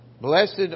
Blessed